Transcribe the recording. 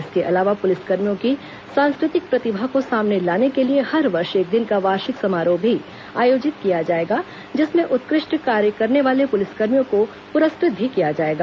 इसके अलावा पुलिसकर्मियों की सांस्कृतिक प्रतिभा को सामने लाने के लिए हर वर्ष एक दिन का वार्षिक समारोह भी आयोजित किया जाएगा जिसमें उत्कृष्ट कार्य करने वाले पुलिसकर्मियों को पुरस्कृत भी किया जाएगा